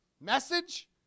message